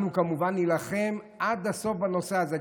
אנחנו כמובן נילחם עד הסוף בנושא הזה,